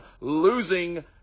losing